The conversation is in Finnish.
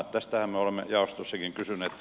tästähän me olemme jaostossakin kysyneet